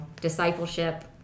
discipleship